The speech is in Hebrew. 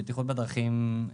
בטיחות בדרכים,